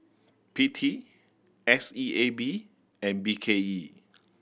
P T S E A B and B K E